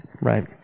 right